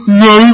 no